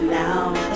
now